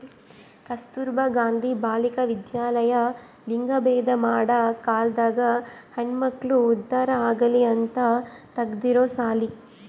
ಕಸ್ತುರ್ಭ ಗಾಂಧಿ ಬಾಲಿಕ ವಿದ್ಯಾಲಯ ಲಿಂಗಭೇದ ಮಾಡ ಕಾಲ್ದಾಗ ಹೆಣ್ಮಕ್ಳು ಉದ್ದಾರ ಆಗಲಿ ಅಂತ ತೆಗ್ದಿರೊ ಸಾಲಿ